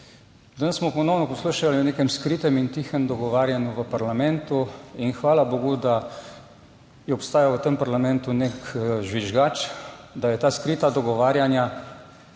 Danes smo ponovno poslušali o nekem skritem in tihem dogovarjanju v parlamentu in hvala bogu, da je obstajal v tem parlamentu nek žvižgač, da je ta skrita dogovarjanja